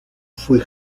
fue